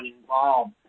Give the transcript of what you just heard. involved